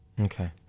Okay